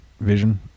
vision